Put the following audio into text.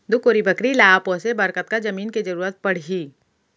दू कोरी बकरी ला पोसे बर कतका जमीन के जरूरत पढही?